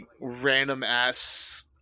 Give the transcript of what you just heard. random-ass